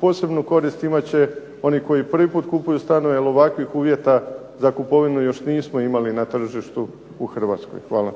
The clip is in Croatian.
posebnu korist imat će oni koji prvi puta kupuju stanove jer ovakvih uvjeta za kupovinu još nismo imali na tržištu u Hrvatskoj. Hvala.